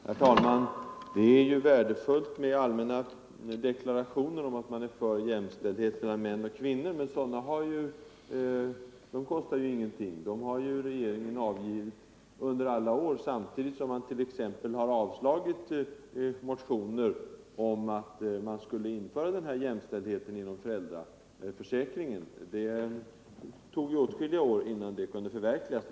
Herr talman! Det är ju värdefullt med allmänna deklarationer om att man är för jämställdhet mellan män och kvinnor, men de kostar ingenting. Regeringen har avgivit sådana under alla år, samtidigt som man t.ex. har sagt nej till motioner om att denna jämställdhet skulle införas inom föräldraförsäkringen. Det tog åtskilliga år innan den jämställdheten kunde förverkligas.